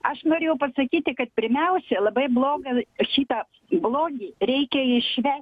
aš norėjau pasakyti kad pirmiausia labai bloga šitą blogį reikia išvest